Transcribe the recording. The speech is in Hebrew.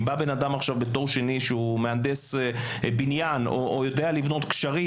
אם בא אדם עם תואר שני שהוא מהנדס בניין או יודע לבנות גשרים,